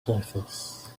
surface